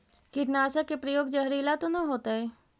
कीटनाशक के प्रयोग, जहरीला तो न होतैय?